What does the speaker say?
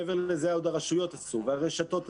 מעבר לזה עוד הרשויות עשו והרשתות עשו,